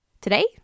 Today